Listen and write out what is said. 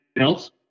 else